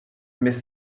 mais